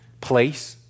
place